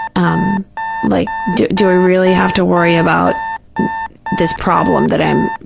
um like, do do i really have to worry about this problem that i'm,